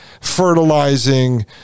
fertilizing